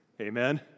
Amen